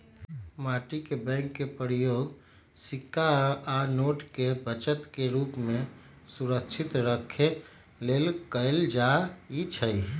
माटी के बैंक के प्रयोग सिक्का आ नोट के बचत के रूप में सुरक्षित रखे लेल कएल जाइ छइ